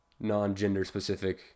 non-gender-specific